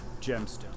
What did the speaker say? gemstone